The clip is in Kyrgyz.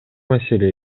маселе